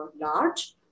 large